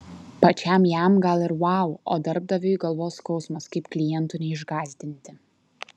pačiam jam gal ir vau o darbdaviui galvos skausmas kaip klientų neišgąsdinti